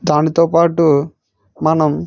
దానితోపాటు మనం